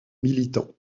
militant